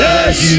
Yes